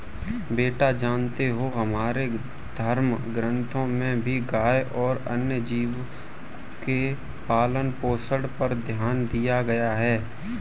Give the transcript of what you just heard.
बेटा जानते हो हमारे धर्म ग्रंथों में भी गाय और अन्य जीव के पालन पोषण पर ध्यान दिया गया है